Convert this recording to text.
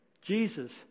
Jesus